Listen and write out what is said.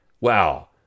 Wow